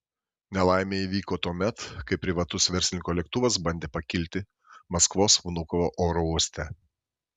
nelaimė įvyko tuomet kai privatus verslininko lėktuvas bandė pakilti maskvos vnukovo oro uoste